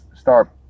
start